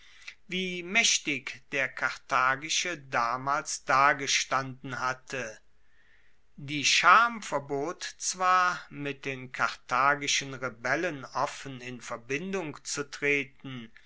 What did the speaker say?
wie maechtig der karthagische damals dagestanden hatte die scham verbot zwar mit den karthagischen rebellen offen in verbindung zu treten